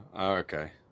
okay